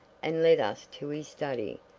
and led us to his study,